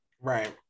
Right